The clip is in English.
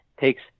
takes